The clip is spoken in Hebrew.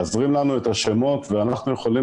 להזרים לנו את השמות ואנחנו יכולים